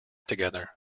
together